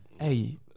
Hey